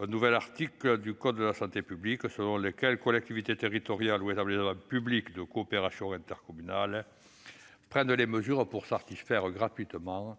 un nouvel article dans le code de la santé publique, selon lequel les collectivités territoriales ou les établissements publics de coopération intercommunale prennent les mesures pour satisfaire gratuitement